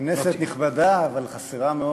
תודה רבה, כנסת נכבדה, אבל חסרה מאוד,